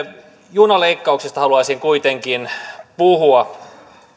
junaleikkauksista haluaisin kuitenkin puhua